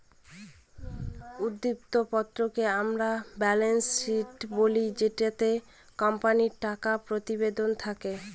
উদ্ধৃত্ত পত্রকে আমরা ব্যালেন্স শীট বলি যেটিতে কোম্পানির টাকা প্রতিবেদন থাকে